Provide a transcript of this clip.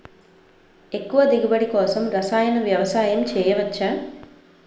ఎక్కువ దిగుబడి కోసం రసాయన వ్యవసాయం చేయచ్చ?